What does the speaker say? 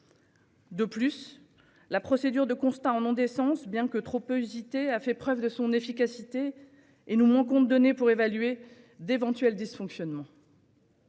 De plus, la procédure de constat en non-décence, bien que trop peu usitée, a fait preuve de son efficacité et nous manquons de données pour évaluer d'éventuels dysfonctionnements.